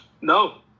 No